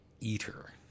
eater